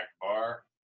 bar